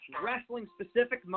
wrestling-specific